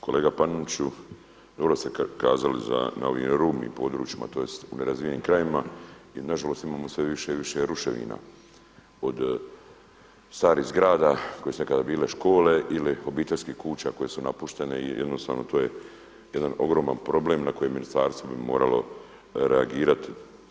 Kolega Paneniću, dobro ste kazali za na ovim rubnim područjima, tj. u nerazvijenim krajevima i na žalost imamo sve više i više ruševina od starih zgrada koje su nekada bile škole ili obiteljskih kuća koje su napuštene i jednostavno to je jedan ogroman problem na koje ministarstvo bi moralo reagirati.